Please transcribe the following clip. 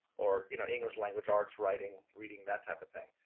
or you know english language, arts, writing, reading, that type of thing.